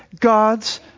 God's